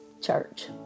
church